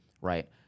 right